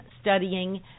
studying